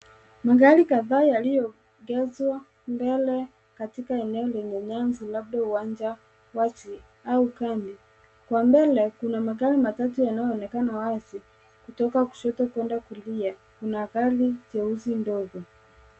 Magari kadhaa yaliyoegezwa mbele katika eneo lenye nyasi labda uwanja wazi au kame. Kwa mbele, kuna magari matatu yanayoonekana wazi kutoka kushoto kwenda kulia. Kuna gari jeusi ndogo.